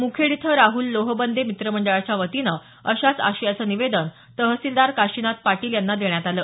मुखेड इथं राहुल लोहबंदे मित्रमंडळाच्या वतीने अशाच आशयाचं निवेदन तहसीलदार काशीनाथ पाटील यांना देण्यात आलं